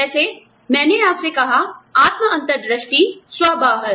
जैसे मैंने आपसे कहा आत्म अंतर्दृष्टि स्व बाहर